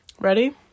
Ready